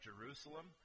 Jerusalem